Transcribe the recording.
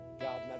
God